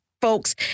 folks